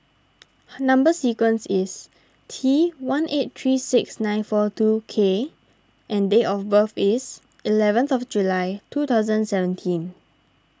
Number Sequence is T one eight three six nine four two K and date of birth is eleventh of July two thousand seventeen